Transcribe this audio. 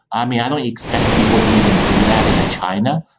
ah mean, i don't expect people to even do that in china.